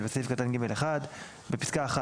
- בפסקה (1),